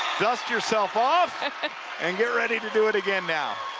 dust yourself off and get ready to do it again now.